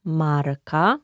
marka